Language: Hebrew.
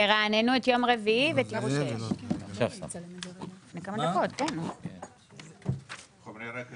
אתם תצביעו עליהן כאן בנפרד והכנסת תצביע עליהן בנפרד